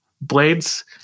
blades